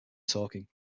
talking